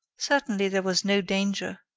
certainly, there was no danger.